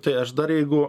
tai aš dar jeigu